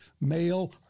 male